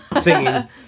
singing